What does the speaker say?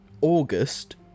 August